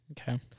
Okay